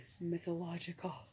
Mythological